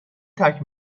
ترک